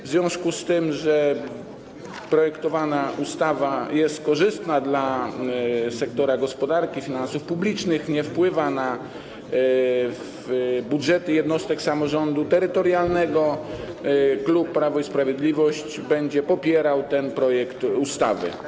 W związku z tym, że projektowana ustawa jest korzystna dla sektora gospodarki finansów publicznych i nie wpływa na budżety jednostek samorządu terytorialnego, klub Prawo i Sprawiedliwość będzie popierał ten projekt ustawy.